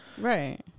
Right